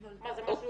מה זה,